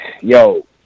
Yo